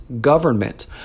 government